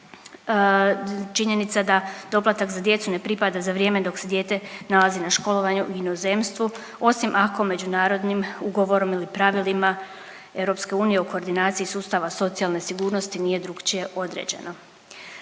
Činjenica da doplatak za djecu ne pripada za vrijeme dok se dijete nalazi na školovanju u inozemstvu osim ako međunarodnim ugovorom ili pravilima EU u koordinaciji sustava socijalne sigurnosti nije drukčije određeno.